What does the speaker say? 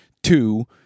two